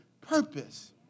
purpose